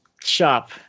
shop